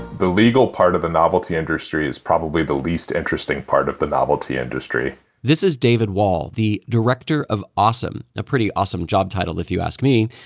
the legal part of the novelty industry is probably the least interesting part of the novelty industry this is david wahl, the director of awesome, a pretty awesome job title if you ask me,